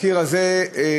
הקיר הזה תומך,